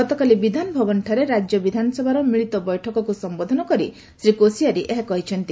ଗତକାଲି ବିଧାନ ଭବନଠାରେ ରାଜ୍ୟ ବିଧାନସଭାର ମିଳିତ ବୈଠକକୁ ସମ୍ଘୋଧନ କରି ଶ୍ରୀ କୋଶିଆରୀ ଏହା କହିଛନ୍ତି